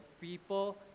people